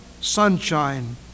sunshine